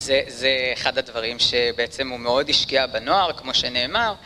זה אחד הדברים שבעצם הוא מאוד השקיע בנוער, כמו שנאמר.